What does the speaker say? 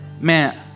Man